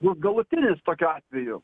bus galutinis tokiu atveju